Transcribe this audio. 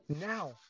Now